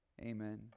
amen